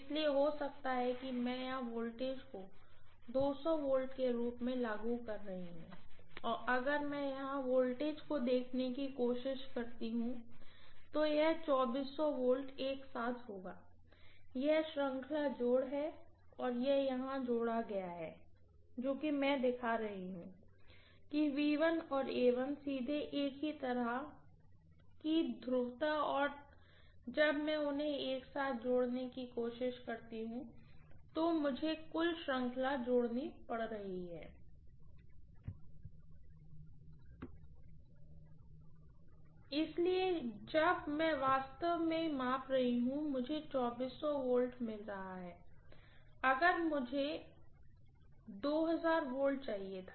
इसलिए हो सकता है कि मैं यहां वोल्टेज कोV के रूप में लागू कर रही हूँ और अगर मैं यहां वोल्टेज को देखने की कोशिश करती हूँ तो यह V एक साथ होगा यह श्रृंखला जोड़ है यह जोड़ा गया है क्योंकि मैं दिखा रही हूँ किऔर सीधे एक ही हैं तरह तरह की ध्रुवता और जब मैं उन्हें एक साथ जोड़ने की कोशिश कर रही हूँ तो मुझे कुल श्रृंखला जोड़नी पड़ रही है इसलिए जब मैं वास्तव में माप रहा हूं तो मुझे V मिल रहा है अगर मुझे V चाहिए था